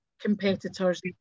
competitors